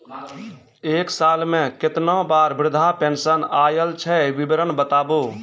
एक साल मे केतना बार वृद्धा पेंशन आयल छै विवरन बताबू?